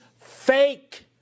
fake